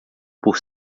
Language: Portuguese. por